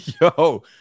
Yo